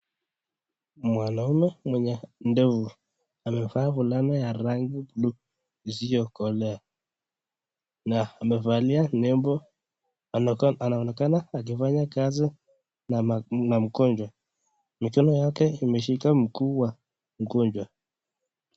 Mwanaume mwenye ndevu , amevaa fulana ya tangi buluu, isiyo kolea, na amevalia nembo , anaonekana akifanya kazi na mgonjwa, mkono wake umeshika mguu wa mgonjwa.